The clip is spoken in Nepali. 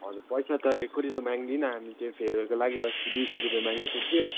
हजुर पैसा त एकोहोरो त माग्दिन हामी त्यो फेयरवेलको लागि अस्ति दुई सौ रुपियाँ मागेको थियो